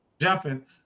jumping